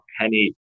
penny